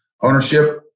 ownership